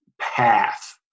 path